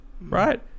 right